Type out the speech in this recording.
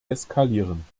eskalieren